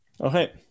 Okay